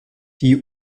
die